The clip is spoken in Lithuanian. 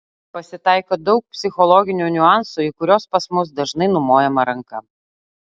pasitaiko daug psichologinių niuansų į kuriuos pas mus dažnai numojama ranka